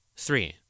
Three